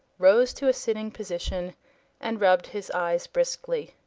rose to a sitting position and rubbed his eyes briskly.